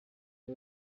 the